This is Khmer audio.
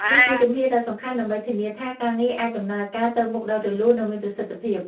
នេះជាជំហានដ៏សំខាន់ដើម្បីធានាថាការងារអាចដំណើរការទៅមុខដោយរលូន និងមានប្រសិទ្ធភាព។